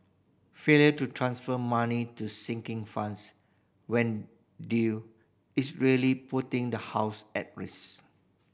failure to transfer money to sinking funds when due is really putting the house at risk